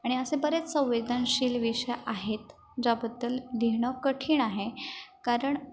आणि असे बरेच संवेदनशील विषय आहेत ज्याबद्दल लिहिणं कठीण आहे कारण